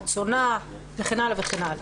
רצונה וכן הלאה וכן הלאה.